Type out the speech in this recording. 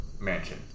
mansion